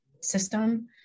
system